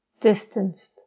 distanced